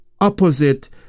opposite